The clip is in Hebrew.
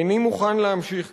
איני מוכן להמשיך כך,